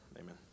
Amen